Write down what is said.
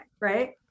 right